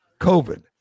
COVID